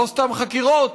ולא סתם חקירות: